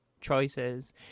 choices